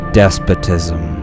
despotism